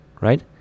right